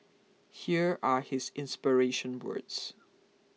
here are his inspiration words